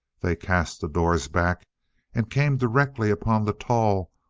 they cast the doors back and came directly upon the tall,